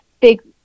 big